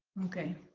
okay.